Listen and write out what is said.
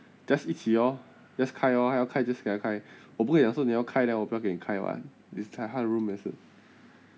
just 一起 lor just 开 lor 他要开 just 给他开我不会讲说你要开 then 我不要给你开 [what] 也是他 room 也是